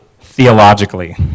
Theologically